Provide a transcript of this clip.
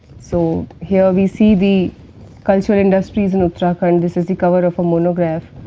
so, here we see the cultural industries in uttarakhand, this is the cover of a monograph,